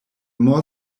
more